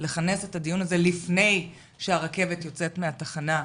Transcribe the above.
לכנס את הדיון הזה לפני שהרכבת יוצאת מהתחנה,